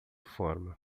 forma